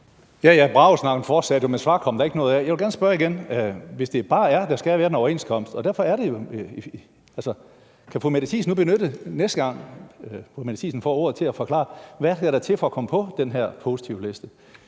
Ja, ja, bragesnakken fortsatte, men svar kom der ikke noget af. Jeg vil gerne spørge igen: Hvis det bare er, at der skal være en overenskomst, kan fru Mette Thiesen så benytte næste gang, fru Mette Thiesen får ordet, til at forklare, hvad der skal til for at komme på den her positivliste?